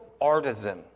artisan